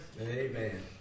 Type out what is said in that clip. Amen